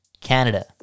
Canada